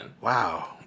Wow